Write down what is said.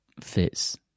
fits